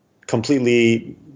completely